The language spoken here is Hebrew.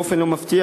באופן מפתיע,